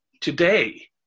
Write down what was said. today